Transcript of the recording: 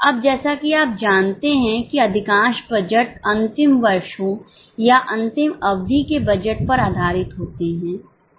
अब जैसा कि आप जानते हैं कि अधिकांश बजट अंतिम वर्षों या अंतिम अवधि के बजट पर आधारित होते हैं